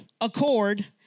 accord